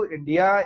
India